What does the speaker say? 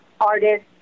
artist